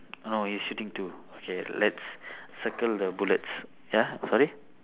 no he's shooting okay let's circle the bullets ya sorry